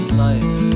life